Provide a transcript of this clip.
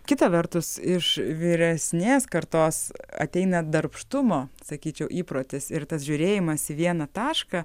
kita vertus iš vyresnės kartos ateina darbštumo sakyčiau įprotis ir tas žiūrėjimas į vieną tašką